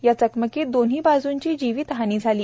या चकमकीत दोन्ही बाजूंची जीवितहानी झाली